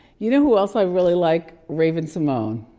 you know who else i really like, raven simone.